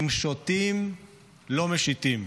אם שותים לא משיטים.